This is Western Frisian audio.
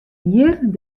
hjir